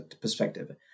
perspective